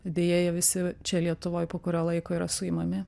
deja jie visi čia lietuvoj po kurio laiko yra suimami